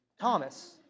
Thomas